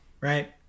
right